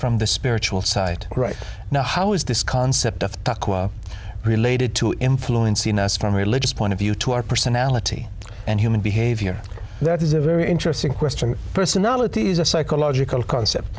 from the spiritual side right now how is this concept related to influencing us from a religious point of view to our personality and human behavior that is a very interesting question personality is a psychological concept